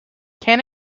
can